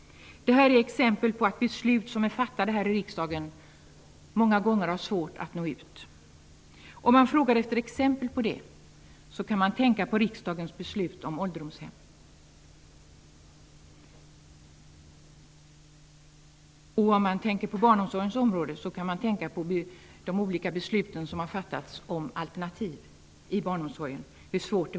Det här är exempel på att beslut som fattas här i riksdagen många gånger har svårt att nå ut. Ett konkret sådant exempel är riksdagens beslut om ålderdomshem, och i fråga om barnomsorgen vet vi hur svårt det var att få ut kunskap om de olika beslut som fattades om alternativ inom barnomsorgen.